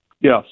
Yes